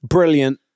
Brilliant